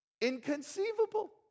inconceivable